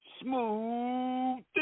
Smooth